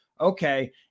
okay